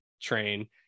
train